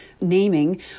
naming